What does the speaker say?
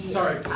sorry